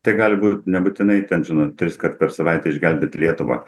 tai gali būt nebūtinai ten žinot triskart per savaitę išgelbėti lietuvą